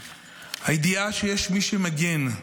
ידיעה שיש מי שמגן,